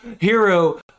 hero